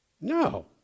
No